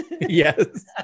Yes